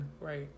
Right